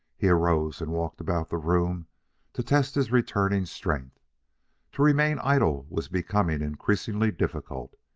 he arose and walked about the room to test his returning strength to remain idle was becoming increasingly difficult.